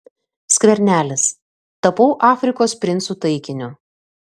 skvernelis tapau afrikos princų taikiniu